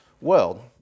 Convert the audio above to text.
world